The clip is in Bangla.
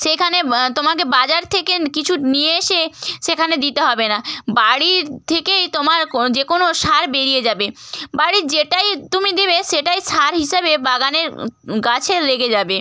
সেখানে তোমাকে বাজার থেকে কিছু নিয়ে এসে সেখানে দিতে হবে না বাড়ির থেকেই তোমার কো যে কোনো সার বেরিয়ে যাবে বাড়ির যেটাই তুমি দিবে সেটাই সার হিসেবে বাগানে গাছে লেগে যাবে